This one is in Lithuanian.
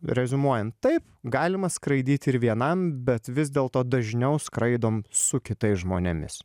reziumuojant taip galima skraidyti ir vienam bet vis dėlto dažniau skraidom su kitais žmonėmis